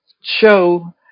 show